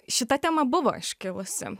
šita tema buvo iškilusi